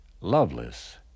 loveless